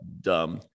dumb